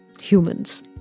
humans